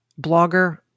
blogger